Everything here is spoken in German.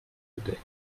gedeckt